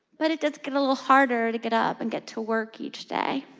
but it does get a little harder to get up and get to work each day.